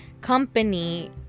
company